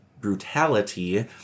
brutality